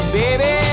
baby